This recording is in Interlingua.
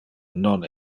non